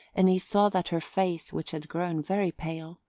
and he saw that her face, which had grown very pale,